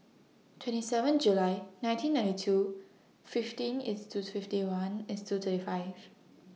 twenty seven July nineteen ninety two fifteen IS to fifty one IS to thirty five